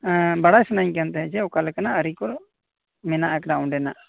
ᱮᱸ ᱵᱟᱲᱟᱭ ᱥᱟᱱᱟᱧ ᱠᱟᱱ ᱛᱟᱦᱮᱱ ᱡᱮ ᱚᱠᱟᱞᱮᱠᱟᱱᱟᱜ ᱟᱹᱨᱤ ᱠᱚ ᱢᱮᱱᱟᱜ ᱟᱠᱟᱫᱟ ᱚᱸᱰᱮᱱᱟᱜ